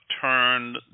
turned